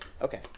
okay